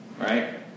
right